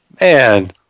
Man